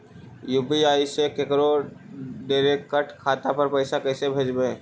UPI से केकरो direct खाता पर पैसा कैसे भेजबै?